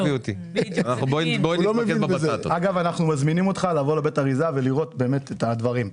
אנחנו מזמינים אותך לבוא לבית האריזה ולראות את הדברים.